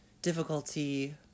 difficulty